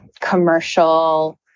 commercial